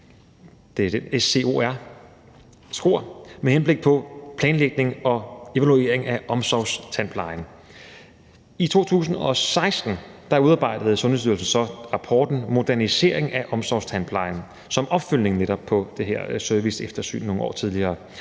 Register, SCOR, med henblik på planlægning og evalueringer af omsorgstandplejen. I 2016 udarbejdede Sundhedsstyrelsen så rapporten »Modernisering af omsorgstandplejen« netop som opfølgning på det her serviceeftersyn nogle år tidligere.